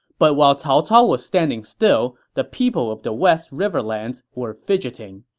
but while cao cao was standing still, the people of the west riverlands were fidgeting.